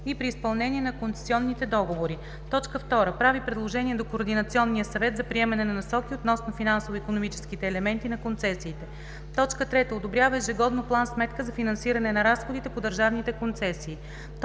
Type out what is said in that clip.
и при изпълнение на концесионните договори; 2. прави предложения до Координационния съвет за приемане на насоки относно финансово-икономическите елементи на концесиите; 3. одобрява ежегодно план-сметка за финансиране на разходите по държавните концесии;